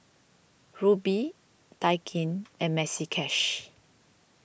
Rubi Daikin and Maxi Cash